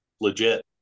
legit